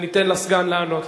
וניתן לסגן לענות.